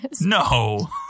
No